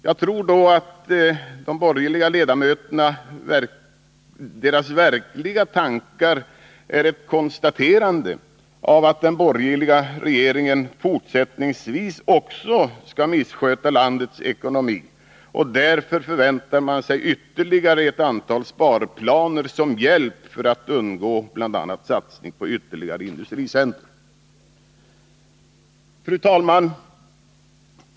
Jag tror då att de borgerliga ledamöternas verkliga tankar är ett konstaterande av att den borgerliga regeringen fortsättningsvis också skall missköta landets ekonomi, och därför förväntar man sig ytterligare ett antal sparplaner som hjälp för att undgå bl.a. satsning på ytterligare industricentra. Fru talman!